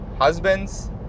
husbands